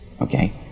okay